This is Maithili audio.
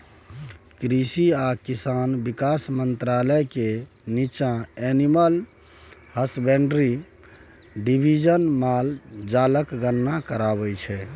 कृषि आ किसान बिकास मंत्रालय केर नीच्चाँ एनिमल हसबेंड्री डिबीजन माल जालक गणना कराबै छै